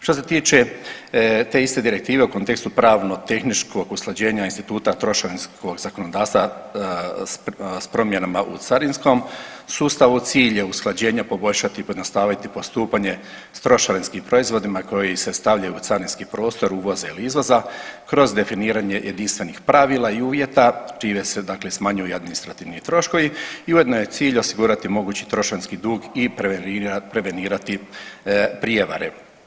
Što se tiče te iste direktive u kontekstu pravno tehničkog usklađenja instituta trošarinskog zakonodavstva s promjenama u carinskom sustavu, cilj je usklađenja poboljšati, pojednostaviti postupanje s trošarinskim proizvodima koji se stavljaju u carinski prostor uvoza ili izvoza kroz definiranje jedinstvenih pravila i uvjeta čime se, dakle smanjuju i administrativni troškovi i ujedno je cilj osigurati mogući trošarinski dug i prevenirati prijevare.